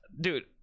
dude